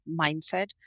mindset